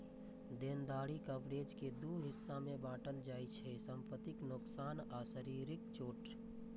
देनदारी कवरेज कें दू हिस्सा मे बांटल जाइ छै, संपत्तिक नोकसान आ शारीरिक चोट